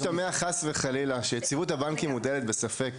שלא ישתמע חס וחלילה שיציבות הבנקים מוטלת בספק.